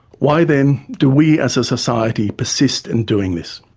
why then do we as a society persist in doing this?